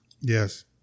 Yes